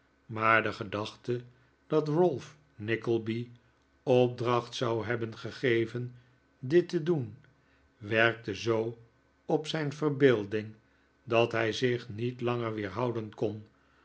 maar de gedachte dat ralph nickleby opdracht zou hebben gegeven dit te doen werkte zoo op zijn verbeelding dat hij zich niet langer weerhouden kon